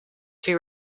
two